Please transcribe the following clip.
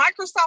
Microsoft